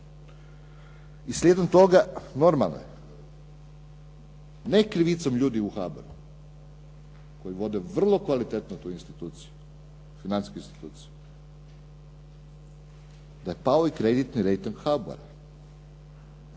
Slijedom toga, normalno je ne krivicom ljudi u HBOR-u koji vode vrlo kvalitetno tu instituciju, financijsku instituciju, da je pao i kreditni rejting HBOR-a.